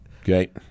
Okay